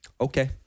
Okay